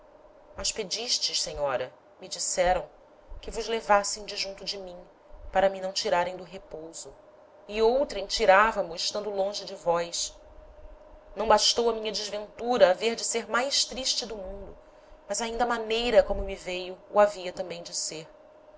mais mas pedistes senhora me disseram que vos levassem de junto de mim para me não tirarem do repouso e outrem tirava mo estando longe de vós não bastou a minha desventura haver de ser mais triste do mundo mas ainda a maneira como me veio o havia tambem de ser